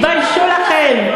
תתביישו לכם.